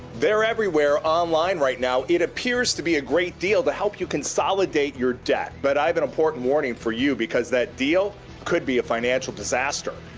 they're everywhere online right now. it appears to be a great deal to help you consolidate your debt. but i have an important warning for you because that deal could be a financial disaster.